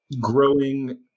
growing